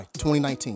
2019